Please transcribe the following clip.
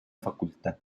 facultad